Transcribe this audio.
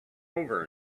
over